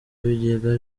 bigega